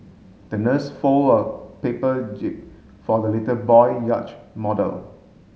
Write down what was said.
the nurse fold a paper jib for the little boy yacht model